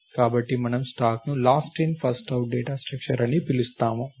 కాబట్టి మనము స్టాక్ను last in first out data structure అని పిలుస్తాము